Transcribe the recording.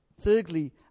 Thirdly